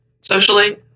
socially